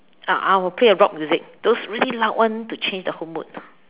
uh I will play a rock music those really loud one to change the whole mood